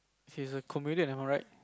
he's a comedian am I right